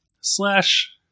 slash